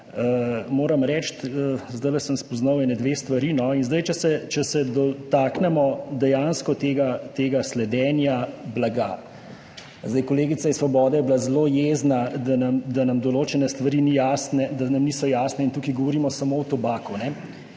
Moram reči, da sem zdaj spoznal dve stvari. Če se zdaj dotaknemo dejansko tega sledenja blagu. Kolegica iz Svobode je bila zelo jezna, da nam določene stvari niso jasne. Tukaj govorimo samo o tobaku.